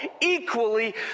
equally